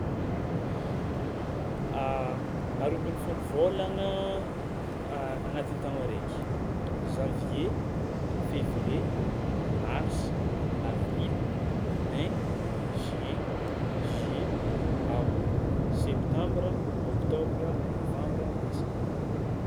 Aroa ambinifolo vôlagna agnatin'ny taogno araiky: janvier, février, mars, avril, mai, juin, juillet, août, septambra, ôktôbra, nôvambra, desambra.